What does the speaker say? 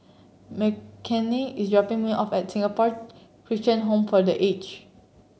Mckinley is dropping me off at Singapore Christian Home for The Aged